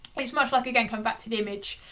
it's much like, again, coming back to the image,